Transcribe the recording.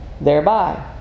thereby